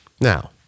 Now